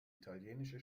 italienische